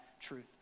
truth